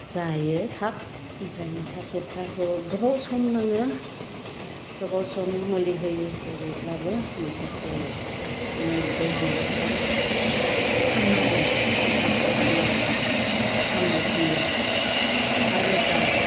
जायो थाब आमफ्राय माखासेफ्राखौ गोबाव सम नाङो गोबाव सम मुलि होयै होयैब्लाबो माखासे माने बोरमाफ्रा हामा आरो माखासे बेमारफ्रा हामो फैया आरो दाउ